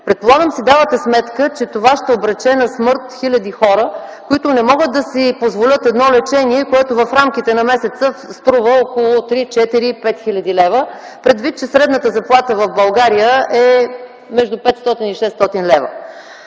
Предполагам си давате сметка, че това ще обрече на смърт хиляди хора, които не могат да си позволят едно лечение, което в рамките на месеца струва около 3-4-5 хил. лв., предвид, че средната заплата в България е между 500 и 600 лв.